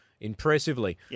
impressively